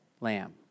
lamb